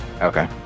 Okay